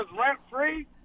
rent-free